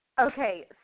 Okay